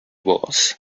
was